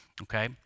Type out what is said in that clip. Okay